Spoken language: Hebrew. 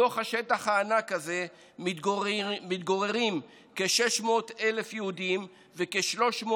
בתוך השטח הענק הזה מתגוררים כ-600,000 יהודים וכ-300,000